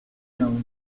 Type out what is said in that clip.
noble